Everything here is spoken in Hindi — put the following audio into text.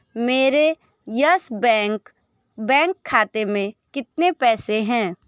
मेरे यस बैंक बैंक खाते में कितने पैसे हैं